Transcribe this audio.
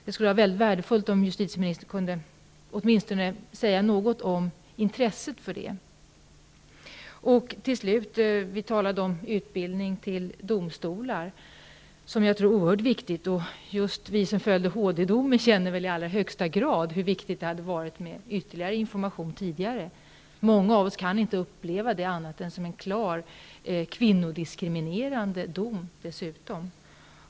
Det skulle vara väldigt värdefullt om justitieministern åtminstone kunde säga något om vilket intresse som finns för detta. Vi talade tidigare om utbildning för domstolar, vilket jag tror är oerhört viktigt, och just vi som följde HD-domen känner väl i allra högsta grad hur viktigt det hade varit med ytterligare information tidigare. Många av oss kan dessutom inte uppleva domen som annat än klart kvinnodiskriminerande.